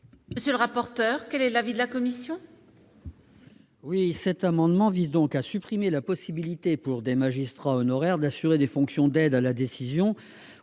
nous ne l'acceptons pas. Quel est l'avis de la commission ? Cet amendement vise à supprimer la possibilité pour des magistrats honoraires d'assurer des fonctions d'aide à la décision